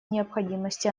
необходимости